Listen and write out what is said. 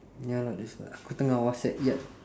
ya lah that's why aku tengah whatsapp yat